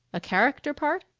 a character part?